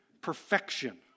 perfection